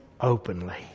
openly